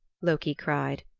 loki cried,